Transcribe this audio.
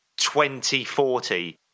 2040